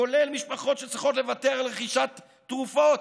כולל משפחות שצריכות לוותר על רכישת תרופות,